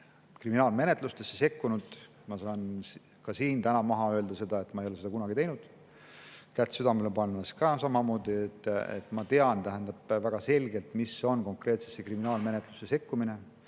kriminaalmenetlustesse sekkunud. Ma saan ka siin täna maha öelda, et ma ei ole seda kunagi teinud. Kätt südamele pannes ütlen ka samamoodi. Ma tean väga selgelt, mis on konkreetsesse kriminaalmenetlustesse sekkumine.